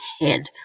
head